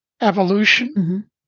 evolution